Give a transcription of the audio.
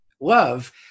love